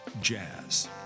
Jazz